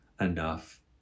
enough